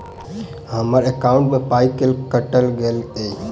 हम्मर एकॉउन्ट मे पाई केल काटल गेल एहि